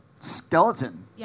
skeleton